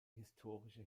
historische